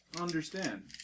understand